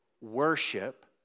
worship